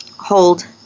hold